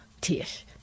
Tish